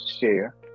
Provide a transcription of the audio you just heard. share